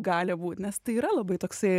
gali būt nes tai yra labai toksai